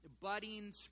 budding